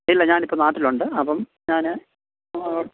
ഇല്ല ഞാനിപ്പോൾ നാട്ടിലുണ്ട് അപ്പം ഞാൻ